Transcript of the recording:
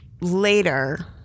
later-